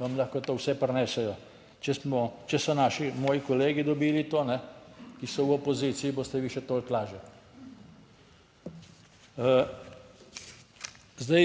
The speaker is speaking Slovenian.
vam lahko to vse prinesejo. Če smo, če so naši, moji kolegi dobili to, ki so v opoziciji, boste vi še toliko lažje. ...Zdaj,